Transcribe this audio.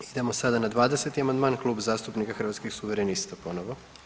Idemo sada na 20. amandman Kluba zastupnika Hrvatskih suverenista, ponovo.